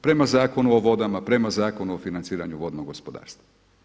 Prema Zakonu o vodama, prema Zakonu o financiranju vodnog gospodarstva.